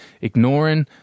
ignoring